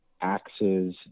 axes